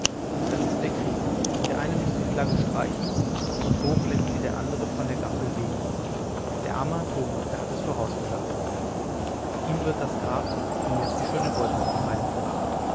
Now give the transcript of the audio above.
das ist der krieg der eine muß die flagge streichen und hoch läßt sie der andere von der gaffel wehen der arme antonio er hat es vorausgesagt ihm wird das grab mir die schöne beute zuteil